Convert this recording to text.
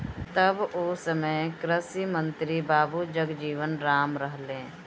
तब ओ समय कृषि मंत्री बाबू जगजीवन राम रहलें